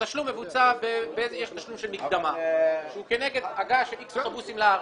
יש תשלום של מקדמה שהוא כנגד הגעה של איקס אוטובוסים לארץ.